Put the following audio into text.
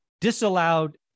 Disallowed